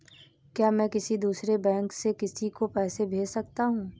क्या मैं किसी दूसरे बैंक से किसी को पैसे भेज सकता हूँ?